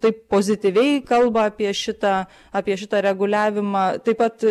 taip pozityviai kalba apie šitą apie šitą reguliavimą taip pat